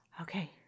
okay